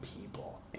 people